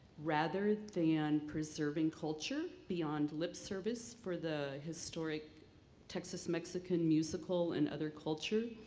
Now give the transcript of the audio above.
rather than preserving culture beyond lip service for the historic texas mexican musical and other culture,